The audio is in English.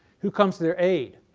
who comes to their aid?